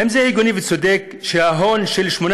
האם זה הגיוני וצודק שההון הכללי של שמונה